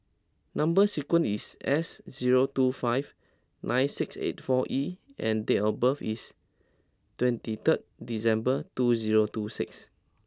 number sequence is S zero two five nine six eight four E and date of birth is twenty third December two zero two six